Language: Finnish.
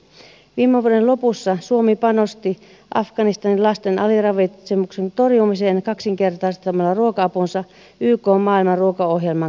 viime vuoden lopussa suomi panosti afganistanin lasten aliravitsemuksen torjumiseen kaksinkertaistamalla ruoka apunsa ykn maailman ruokaohjelman kautta